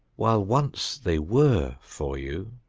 while once they were for you,